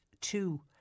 two